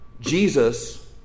Jesus